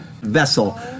vessel